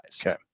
Okay